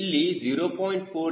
4 ದಿಂದ 0